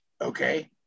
Okay